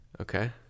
Okay